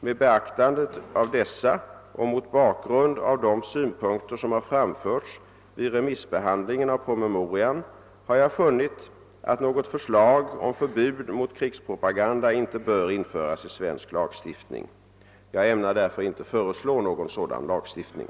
Med beaktande av dessa och mot bakgrund av de synpunkter som har framförts vid remissbehandlingen av promemorian har jag funnit, att något förslag om förbud mot krigspropaganda inte bör införas i svensk lagstiftning. Jag ämnar därför inte föreslå någon sådan lagstiftning.